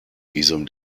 visum